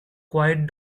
quiet